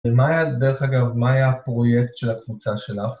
ומה היה, דרך אגב, מה היה הפרויקט של הקבוצה שלך?